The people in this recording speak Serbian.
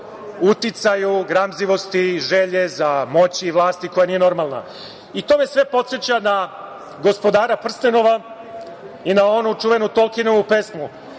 uticaju gramzivosti i želje i moći za vlasti koja nije normalna. To me sve podseća na „Gospodara prstenova“, i na onu čuvenu Tolkinovu pesmu